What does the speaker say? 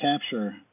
capture